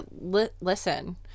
listen